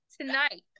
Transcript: tonight